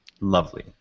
lovely